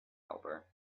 helper